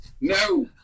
No